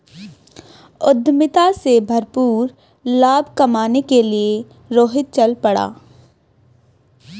उद्यमिता से भरपूर लाभ कमाने के लिए रोहित चल पड़ा